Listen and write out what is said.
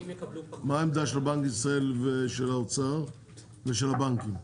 מה העמדה של בנק ישראל ושל האוצר ושל הבנקים?